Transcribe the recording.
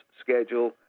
schedule